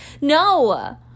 No